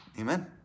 Amen